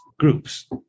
groups